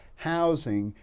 housing,